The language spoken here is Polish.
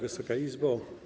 Wysoka Izbo!